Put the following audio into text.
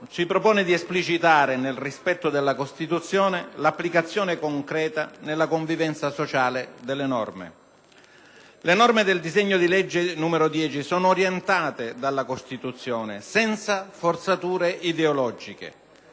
si propone di esplicitare nel rispetto della Costituzione l'applicazione concreta nella convivenza sociale nelle norme. Le norme del disegno di legge in esame sono orientate dalla Costituzione senza forzature ideologiche.